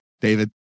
David